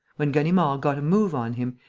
when ganimard got a move on him,